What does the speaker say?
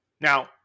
Now